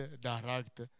direct